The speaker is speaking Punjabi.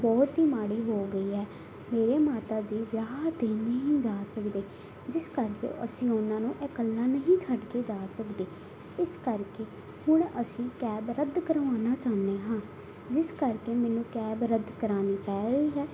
ਬਹੁਤ ਹੀ ਮਾੜੀ ਹੋ ਗਈ ਹੈ ਮੇਰੇ ਮਾਤਾ ਜੀ ਵਿਆਹ 'ਤੇ ਨਹੀਂ ਜਾ ਸਕਦੇ ਜਿਸ ਕਰਕੇ ਅਸੀਂ ਉਹਨਾਂ ਨੂੰ ਇਕੱਲਾ ਨਹੀਂ ਛੱਡ ਕੇ ਜਾ ਸਕਦੇ ਇਸ ਕਰਕੇ ਹੁਣ ਅਸੀਂ ਕੈਬ ਰੱਦ ਕਰਵਾਉਣਾ ਚਾਹੁੰਦੇ ਹਾਂ ਜਿਸ ਕਰਕੇ ਮੈਨੂੰ ਕੈਬ ਰੱਦ ਕਰਾਉਣੀ ਪੈ ਰਹੀ ਹੈ